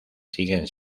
siguen